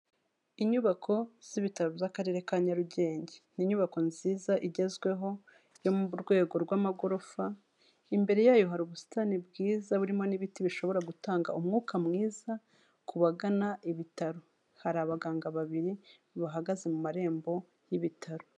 Inyubako z'ibitaro by'Akarere ka Nyarugenge, ni inyubako nziza igezweho yo mu rwego rw'amagorofa, imbere yayo hari ubusitani bwiza burimo n'ibiti bishobora gutanga umwuka mwiza ku bagana ibitaro, hari abaganga babiri bahagaze mu marembo y'ibitaro.